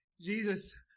Jesus